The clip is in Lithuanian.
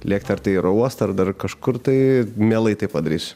lėkti ar tai į oro uostą ar dar kažkur tai mielai tai padarysiu